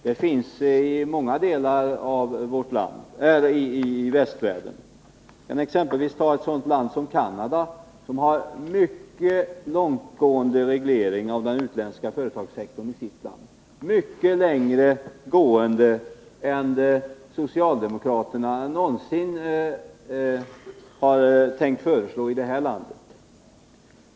Det finns i många delar av västvärlden. Jag kan exempelvis nämna ett sådant land som Canada, som har mycket långtgående regleringar av den utländska företagssektorn i landet, mycket längre gående än vad socialdemokraterna någonsin har tänkt föreslå i Sverige.